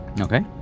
Okay